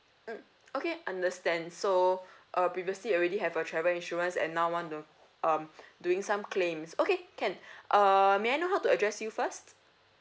mm okay understand so uh previously already have a travel insurance and now want to um doing some claims okay can uh may I know how to address you first